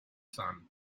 sun